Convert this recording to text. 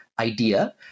idea